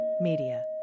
Media